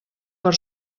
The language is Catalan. per